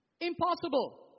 Impossible